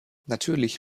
natürlich